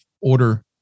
order